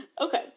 Okay